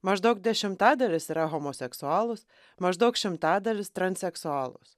maždaug dešimtadalis yra homoseksualūs maždaug šimtadalis transseksualūs